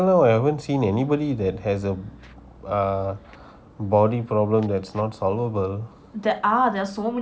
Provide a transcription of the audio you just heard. until now I haven't seen anybody that has a uh body problem that's not solvable